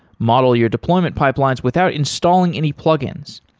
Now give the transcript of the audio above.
model your deployment pipelines without installing any plugins,